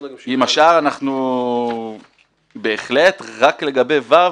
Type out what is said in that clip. עם השאר אנחנו בהחלט רק לגבי (ו),